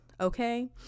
okay